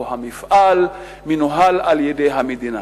או המפעל מנוהל על-ידי המדינה.